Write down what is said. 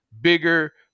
bigger